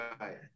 right